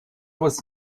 was